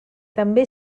també